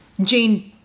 Jane